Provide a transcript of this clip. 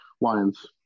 Lions